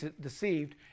deceived